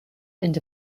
into